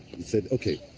we said, okay,